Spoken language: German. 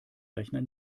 rechner